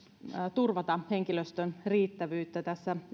turvata henkilöstön riittävyyttä tässä